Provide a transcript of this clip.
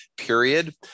period